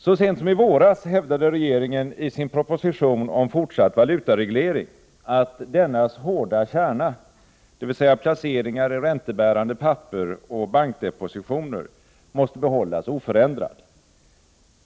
Så sent som i våras hävdade regeringen i sin proposition om fortsatt valutareglering att dennas hårda kärna, dvs. placeringar i räntebärande papper och bankdepositioner, måste behållas oförändrad.